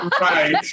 right